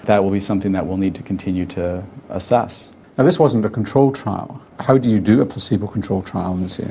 that will be something that we'll need to continue to assess. now and this wasn't a controlled trial. how do you do a placebo controlled trial in so